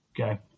Okay